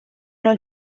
non